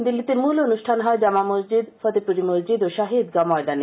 দিল্লিতে মূল অনুষ্ঠান হয় জামা মসজিদ ফতেহপুরি মসজিদ ও শাহী ঈদগাহ ময়দানে